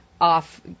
off